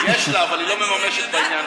יש לה, אבל היא לא מממשת בעניין הזה.